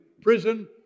prison